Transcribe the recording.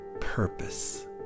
purpose